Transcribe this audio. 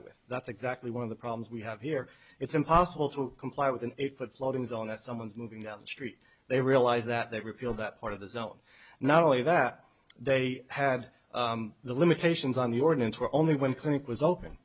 with that's exactly one of the problems we have here it's impossible to comply with an eight foot floodings on a someone's moving down the street they realize that that repeal that part of the zone not only that they had the limitations on the ordinance where only one clinic was open